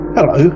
Hello